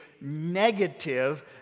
negative